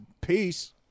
Peace